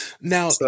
Now